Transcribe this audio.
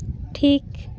ᱴᱷᱤᱠ